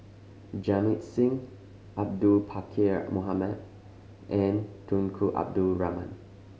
Jamit Singh Abdul Pakkeer Mohamed and Tunku Abdul Rahman